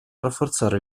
rafforzare